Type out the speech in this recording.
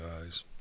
guys